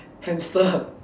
hamster